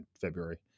February